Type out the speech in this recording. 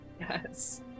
yes